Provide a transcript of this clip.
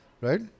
right